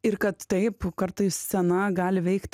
ir kad taip nu kartais scena gali veikti